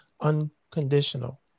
unconditional